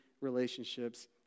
relationships